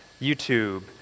YouTube